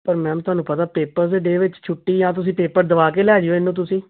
ਪਰ ਮੈਮ ਤੁਹਾਨੂੰ ਪਤਾ ਪੇਪਰ ਦੇ ਡੇ ਵਿੱਚ ਛੁੱਟੀ ਆ ਤੁਸੀਂ ਪੇਪਰ ਦਵਾ ਕੇ ਲੈ ਜਾਇਓ ਇਹਨੂੰ ਤੁਸੀਂ